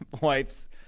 wipes